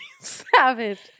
Savage